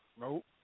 Nope